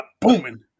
booming